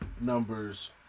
numbers